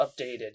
updated